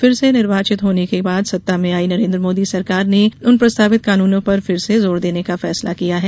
फिर से निर्वाचित होने के बाद सत्ता में आयी नरेंद्र मोदी सरकार ने उन प्रस्तावित कानूनो पर फिर से जोर देने का फैसला किया है